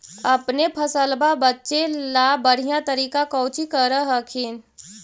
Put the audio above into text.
अपने फसलबा बचे ला बढ़िया तरीका कौची कर हखिन?